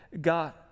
God